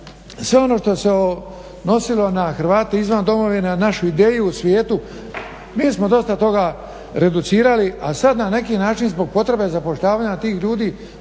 sve ono što se odnosilo na Hrvate izvan Domovine, na našu ideju u svijetu. Mi smo dosta toga reducirali, a sad na neki način zbog potrebe zapošljavanja tih ljudi